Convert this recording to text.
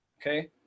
Okay